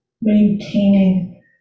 maintaining